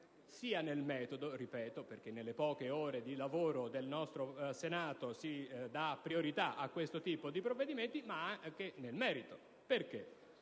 sia nel metodo, perché, ripeto, nelle poche ore di lavoro del nostro Senato si dà priorità a questo tipo di provvedimenti, sia nel merito. Perché?